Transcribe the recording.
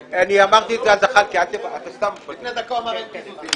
כאשר אתה עושה מכרז ומשלם לקבלן על פעילות בדצמבר 2017,